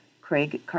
Craig